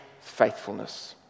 faithfulness